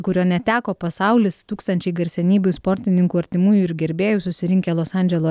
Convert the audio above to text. kurio neteko pasaulis tūkstančiai garsenybių sportininkų artimųjų ir gerbėjų susirinkę los andželo